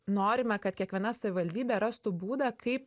norime kad kiekviena savivaldybė rastų būdą kaip